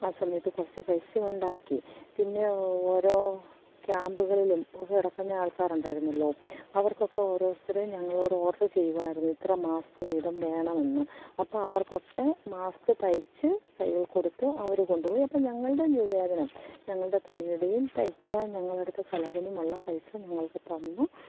ആ സമയത്ത് കുറച്ചു പൈസ ഉണ്ടാക്കി പിന്നെ ഓരോ ക്യാമ്പുകളിലും കിടക്കുന്ന ആൾക്കാർ ഉണ്ടായിരുന്നല്ലോ അവർക്കൊക്കെ ഓരോരുത്തരെയും ഞങ്ങളോട് ഓഡർ ചെയ്യുമായിരുന്നു ഇത്ര മാസ്ക് വീതം വേണമെന്ന് അപ്പം അവർക്കൊക്കെ മാസ്ക് തയ്ച്ചു കൈകളിൽ കൊടുത്തു അവർ കൊണ്ടുപോയി അപ്പം ഞങ്ങളുടെ നിവേദനം ഞങ്ങളുടെ തുണിയുടെയും തയ്ക്കാൻ ഞങ്ങൾ എടുത്ത ചിലവിനും ഉള്ള പൈസ ഞങ്ങൾക്കു തന്നു